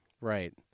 Right